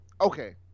okay